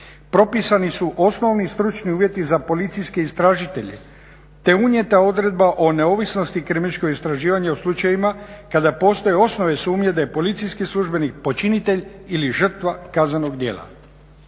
Propisani su osnovni i stručni uvjeti za policijske istražitelje te unijeta odredba o neovisnosti kriminalističkog istraživanja u slučajevima kada postoje osnove sumnje da je policijski službenik počinitelj ili žrtva kaznenog djela.